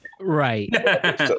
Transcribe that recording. right